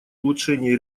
улучшении